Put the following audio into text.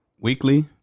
Weekly